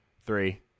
Three